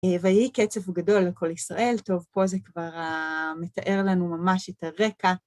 ויהי קצף גדול על כל ישראל, טוב, פה זה כבר מתאר לנו ממש את הרקע.